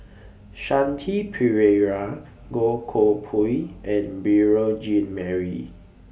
Shanti Pereira Goh Koh Pui and Beurel Jean Marie